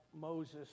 Moses